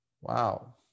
Wow